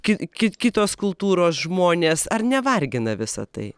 ki ki kitos kultūros žmonės ar nevargina visa tai